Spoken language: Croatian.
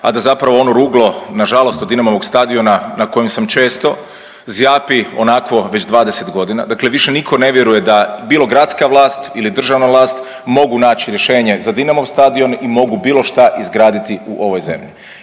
a da zapravo ono ruglo nažalost od Dinamovog stadiona na kojem sam često, zjapi onakvo već 20 godina. Dakle, više niko ne vjeruje da bilo gradska vlast ili državna vlast mogu naći rješenje za Dinamov stadion i mogu bilo šta izgraditi u ovoj zemlji.